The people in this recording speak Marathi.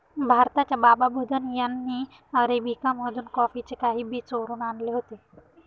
भारताच्या बाबा बुदन यांनी अरेबिका मधून कॉफीचे काही बी चोरून आणले होते